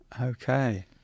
Okay